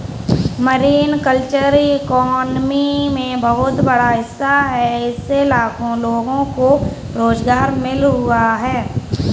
marine culture economy में बहुत बड़ा हिस्सा है इससे लाखों लोगों को रोज़गार मिल हुआ है